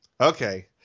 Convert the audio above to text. Okay